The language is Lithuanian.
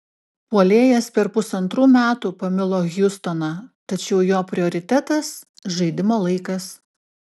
puolėjas per pusantrų metų pamilo hjustoną tačiau jo prioritetas žaidimo laikas